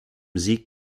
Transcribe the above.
sieg